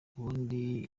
ubundi